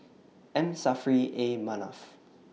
M Saffri A Manaf